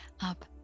up